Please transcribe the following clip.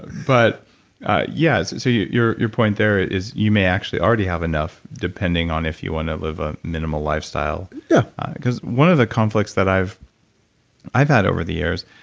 but yeah, so so your your point there is you may actually already have enough depending on if you want to live a minimal lifestyle because one of the conflicts that i've i've had over the years,